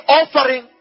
offering